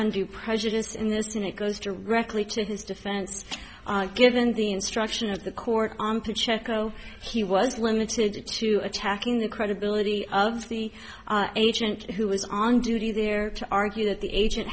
undue prejudice in this and it goes directly to his defense given the instruction of the court on pick checco he was limited to attacking the credibility of the agent who was on duty there to argue that the agent